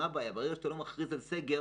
הבעיה היא שברגע שאתה לא מכריז על סגר